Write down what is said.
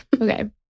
Okay